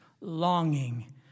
longing